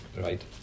right